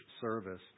service